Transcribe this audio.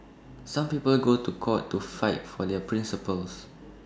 some people go to court to fight for their principles